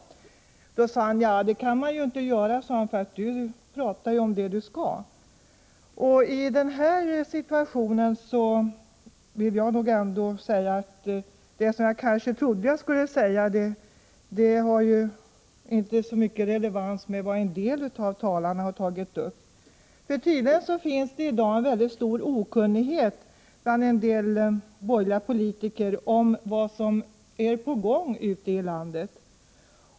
Då svarade journalisten: Ja, det kan man inte göra, för du pratar ju om det du skall prata om. Med utgångspunkt i den situation som råder i dag måste jag nog framhålla att det jag hade tänkt säga kanske inte har så stor relevans, med tanke på vad en del av talarna här har tagit upp. Tydligen finns det i dag en del borgerliga 83 politiker som är väldigt okunniga om vad som är på gång ute i landet.